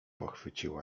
pochwyciła